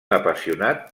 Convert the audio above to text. apassionat